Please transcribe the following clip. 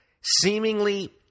Seemingly